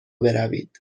بروید